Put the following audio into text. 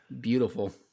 Beautiful